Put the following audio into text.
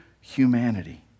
humanity